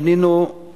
פנינו אל